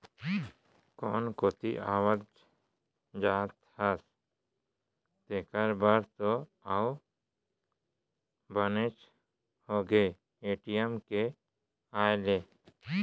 कोनो कोती आवत जात हस तेकर बर तो अउ बनेच होगे ए.टी.एम के आए ले